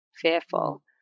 fearful